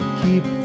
keep